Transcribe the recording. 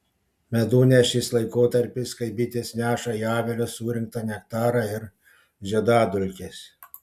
medunešis laikotarpis kai bitės neša į avilius surinktą nektarą ir žiedadulkes